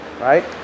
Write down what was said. Right